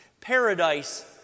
Paradise